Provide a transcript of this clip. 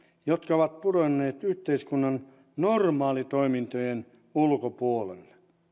jotka ovat pudonneet yhteiskunnan normaalitoimintojen ulkopuolelle